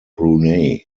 brunei